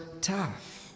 tough